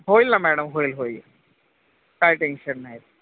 होईल ना मॅडम होईल होईल काय टेंशन नाही